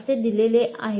असे दिलेले आहे